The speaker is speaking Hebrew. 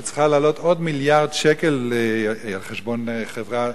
שצריכה לעלות עוד מיליארד שקל על חשבון חברת